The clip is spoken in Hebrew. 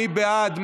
מי בעד?